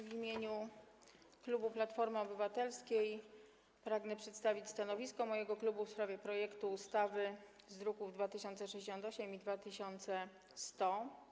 W imieniu klubu Platforma Obywatelska pragnę przedstawić stanowisko mojego klubu w sprawie projektu ustawy z druków nr 2068 i 2100.